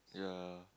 yeah